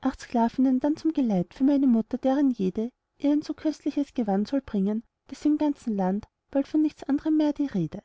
acht sklavinnen dann zum geleit für meine mutter deren jede ihr ein so köstliches gewand soll bringen daß im ganzen land bald von nichts andrem mehr die rede